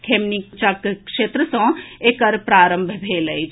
खेमनीचक क्षेत्र सॅ एकर प्रारंभ भेल अछि